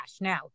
Now